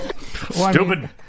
Stupid